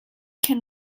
can